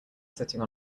sitting